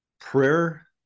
prayer